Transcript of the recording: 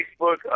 Facebook